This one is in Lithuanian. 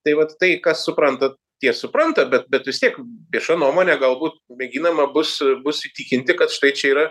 tai vat tai kas supranta tie supranta bet bet vis tiek vieša nuomonė galbūt mėginama bus bus įtikinti kad štai čia yra